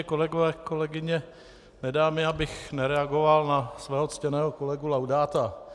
Kolegové, kolegyně, nedá mi, abych nereagoval na svého ctěného kolegu Laudáta.